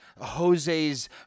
Jose's